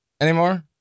anymore